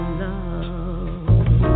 love